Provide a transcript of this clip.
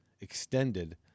extended